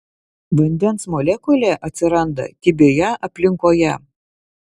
vandens molekulė atsiranda kibioje aplinkoje